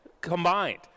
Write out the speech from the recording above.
combined